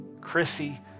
Chrissy